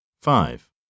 Five